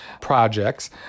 projects